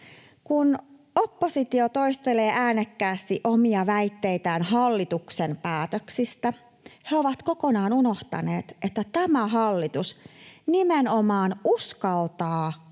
Kun oppositio toistelee äänekkäästi omia väitteitään hallituksen päätöksistä, he ovat kokonaan unohtaneet, että tämä hallitus nimenomaan uskaltaa